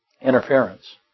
interference